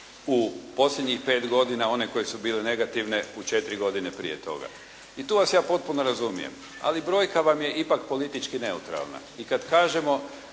U posljednjih 5 godina one koje su bile negativne u 4 godine prije toga. I tu vas ja potpuno razumije, ali brojka vam je ipak politički neutralna. I kada kažemo